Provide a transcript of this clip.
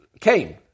came